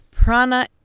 Prana